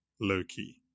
Loki